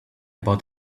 about